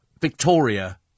Victoria